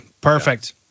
perfect